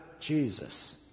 Jesus